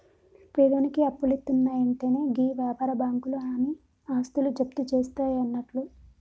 పేదోనికి అప్పులిత్తున్నయంటెనే గీ వ్యాపార బాకుంలు ఆని ఆస్తులు జప్తుజేస్తయన్నట్లు